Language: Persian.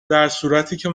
درصورتیکه